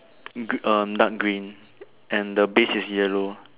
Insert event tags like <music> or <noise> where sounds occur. <noise> good um dark green and the base is yellow